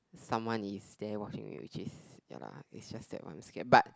someone is there watching me which is ya lah it's just that I am scared but